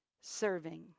serving